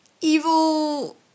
evil